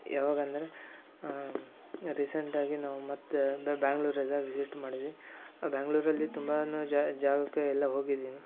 ಯಾವಾಗಂದರೆ ರೀಸೆಂಟಾಗಿ ನಾವು ಮತ್ತೆ ಬ್ಯಾಂಗ್ಳೂರೆಲ್ಲ ವಿಝಿಟ್ ಮಾಡಿದ್ವಿ ಬ್ಯಾಂಗ್ಳೂರಲ್ಲಿ ತುಂಬಾ ಜಾಗಕ್ಕೆ ಎಲ್ಲ ಹೋಗಿದ್ದೀನಿ